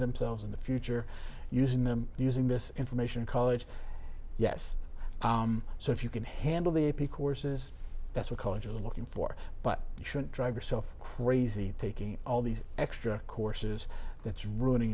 themselves in the future using them using this information college yes so if you can handle the a p courses that's what colleges are looking for but you shouldn't drive yourself crazy taking all these extra courses that's ruining